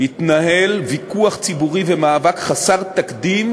התנהל ויכוח ציבורי ומאבק חסר תקדים